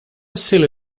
silly